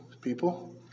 people